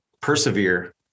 persevere